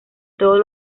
todos